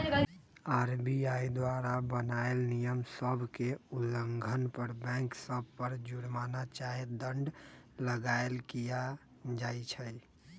RBI द्वारा बनाएल नियम सभ के उल्लंघन पर बैंक सभ पर जुरमना चाहे दंड लगाएल किया जाइ छइ